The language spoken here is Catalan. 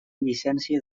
llicència